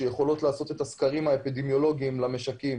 שיכולות לעשות את הסקרים האפידמיולוגיים למשקים.